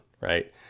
right